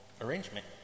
arrangement